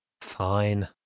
Fine